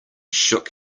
shook